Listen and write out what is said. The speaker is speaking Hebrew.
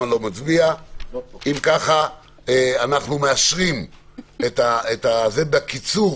אם כך אנו מאשרים בקיצור